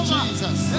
Jesus